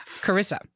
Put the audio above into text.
carissa